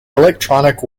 electronic